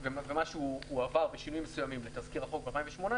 זה משהו שהועבר בשינויים מסוימים לתזכיר החוק ב-2018,